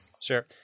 Sure